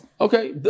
Okay